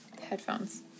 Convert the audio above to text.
headphones